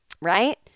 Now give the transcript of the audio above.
right